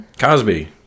Cosby